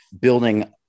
building